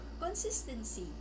consistency